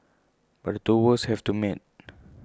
but the two worlds have to meet